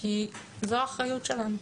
כי זו האחריות שלנו.